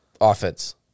offense